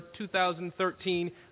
2013